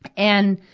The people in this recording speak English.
and,